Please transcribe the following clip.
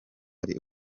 ari